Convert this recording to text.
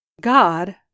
God